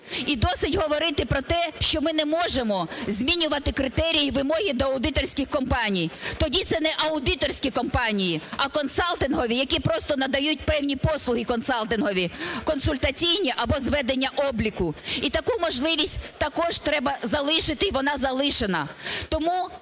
І досить говорити про те, що ми не можемо змінювати критерії і вимоги до аудиторських компаній, тоді це не аудиторські, а консалтингові, які просто надають певні послуги консалтингові, консультаційні або зведення обліку. І таку можливість також треба залишити, і вона залишена.